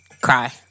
Cry